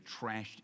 trashed